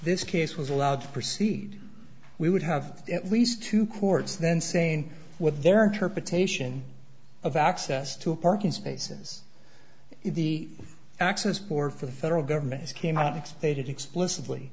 this case was allowed to proceed we would have at least two courts then saying what their interpretation of access to a parking spaces in the access or for the federal government is came out and they did explicitly